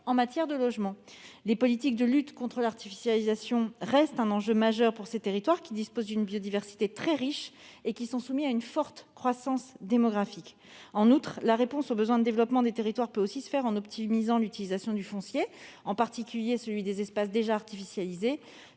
en matière de logement. La politique de lutte contre l'artificialisation reste un enjeu majeur pour ces territoires, qui disposent d'une biodiversité très riche et qui sont soumis à une forte croissance démographique. En outre, la réponse aux besoins de développement des territoires peut aussi se faire en optimisant l'utilisation du foncier, en particulier celui des espaces déjà artificialisés-